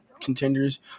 contenders